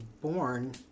born